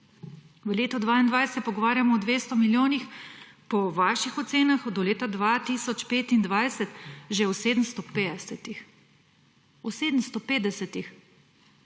V letu 2022 se pogovarjamo o 200 milijonih, po vaših ocenah do leta 2025 že o 750. O 750;